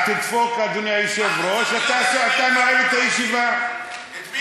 תדפוק, אדוני היושב-ראש, ואתה נועל את הישיבה.